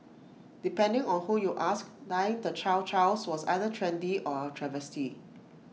depending on who you ask dyeing the chow Chows was either trendy or A travesty